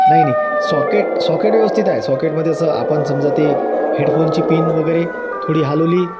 नाही नाही socket socket व्यवस्थित आहे सॉकेटमध्ये असं आपण समजा ते हेडफोनची पिन वगैरे थोडी हलवली